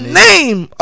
name